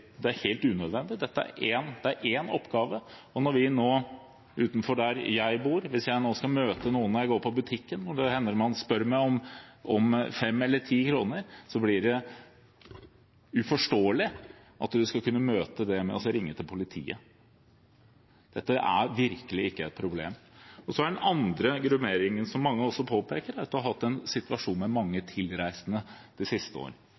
er det helt unødvendig. Det er én oppgave. Utenfor der jeg bor, hvis jeg nå skulle møte noen når jeg går på butikken, som det hender at spør meg om fem eller ti kroner, blir det uforståelig at man skal kunne møte det med å ringe til politiet. Dette er virkelig ikke et problem. Når det gjelder den andre grupperingen, har vi, som mange også påpekte, hatt en situasjon med mange tilreisende de siste år,